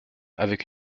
avec